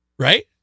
Right